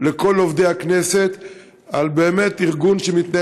אני מבין שזה